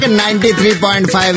93.5